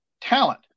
talent